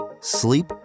sleep